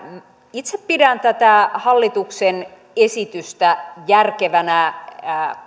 itse pidän tätä hallituksen esitystä järkevänä